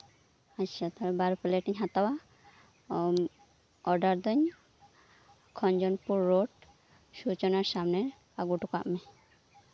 ᱟᱪᱪᱷᱟ ᱛᱟᱦᱚᱞᱮ ᱵᱟᱨ ᱯᱞᱮᱴ ᱤᱧ ᱦᱟᱛᱟᱣᱟ ᱚᱰᱟᱨ ᱫᱟᱹᱧ ᱠᱷᱚᱧᱡᱚᱱᱯᱩᱨ ᱨᱳᱰ ᱥᱩᱪᱚᱱᱟ ᱥᱟᱢᱱᱮ ᱟᱜᱩ ᱦᱚᱴᱚ ᱠᱟᱜᱢᱮ